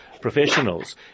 professionals